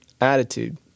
attitude